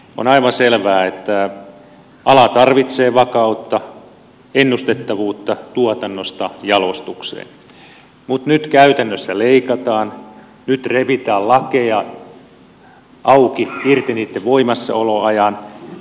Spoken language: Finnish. on aivan selvää että ala tarvitsee vakautta ennustettavuutta tuotannosta jalostukseen mutta nyt käytännössä leikataan nyt revitään lakeja auki irti niitten voimassaoloajan